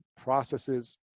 processes